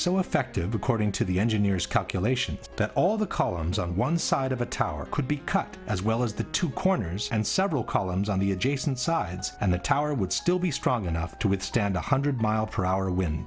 so effective according to the engineers calculations that all the columns on one side of a tower could be cut as well as the two corners and several columns on the adjacent sides and the tower would still be strong enough to withstand a hundred mile per hour w